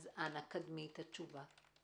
אנא קדמי את התשובה.